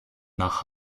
nach